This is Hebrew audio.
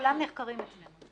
כולם נחקרים אצלנו.